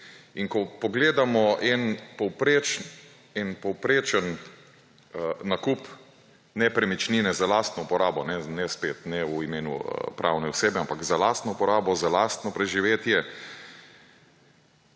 Ko pogledamo povprečen nakup nepremičnine za lastno uporabo, ne spet v imenu pravne osebe, ampak za lastno uporabo, za lastno preživetje,